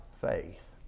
faith